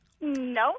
No